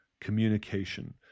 communication